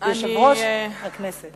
יושב-ראש הכנסת.